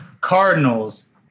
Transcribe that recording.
Cardinals